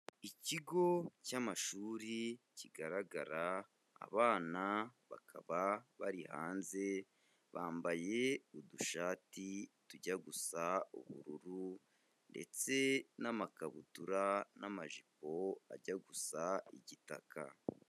Ikigo cy'amashuri kigaragara, abana bakaba bari hanze, bambaye udushati tujya gusa ubururu ndetse n'amakabutura n'amajipo ajya gusa igitaka.